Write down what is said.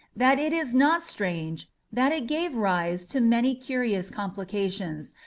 that it is not strange that it gave rise to many curious complications,